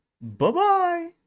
Bye-bye